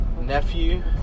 nephew